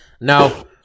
No